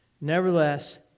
Nevertheless